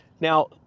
now